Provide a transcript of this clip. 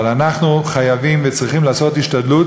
אבל אנחנו חייבים וצריכים לעשות השתדלות,